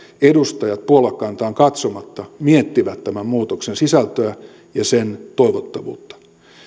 edustajat puoluekantaan katsomatta miettivät tämän muutoksen sisältöä ja sen toivottavuutta